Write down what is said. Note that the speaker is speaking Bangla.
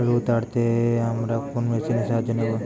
আলু তাড়তে আমরা কোন মেশিনের সাহায্য নেব?